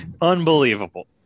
Unbelievable